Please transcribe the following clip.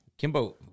Kimbo